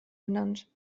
benannt